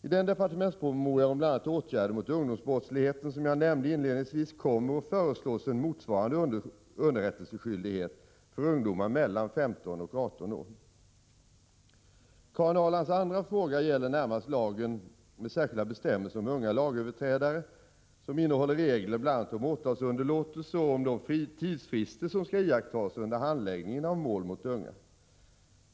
I den departementspromemoria om bl.a. åtgärder mot ungdomsbrottsligheten som jag nämnde inledningsvis kommer att föreslås en motsvarande underrättelseskyldighet för ungdomar mellan 15 och 18 år. Karin Ahrlands andra fråga gäller närmast lagen med särskilda bestämmelser om unga lagöverträdare, som innehåller regler bl.a. om åtalsunderlåtelse och om de tidsfrister som skall iakttas under handläggningen av mål mot unga.